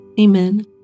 Amen